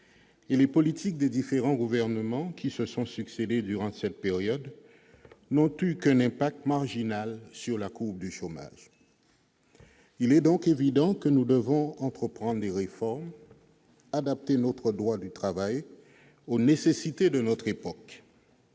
les politiques des différents gouvernements qui se sont succédé durant cette période n'ont eu qu'un impact marginal sur la courbe du chômage. Il est évident que nous devons entreprendre des réformes et adapter notre droit du travail aux nécessités de notre époque.